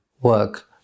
work